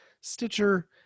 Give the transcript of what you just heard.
Stitcher